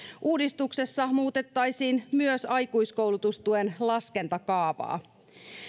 uudistuksessa muutettaisiin myös aikuiskoulutustuen laskentakaavaa